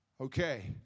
okay